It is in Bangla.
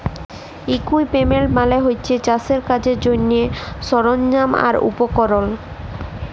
ইকুইপমেল্ট মালে হছে চাষের কাজের জ্যনহে সরল্জাম আর উপকরল